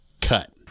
cut